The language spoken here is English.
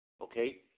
Okay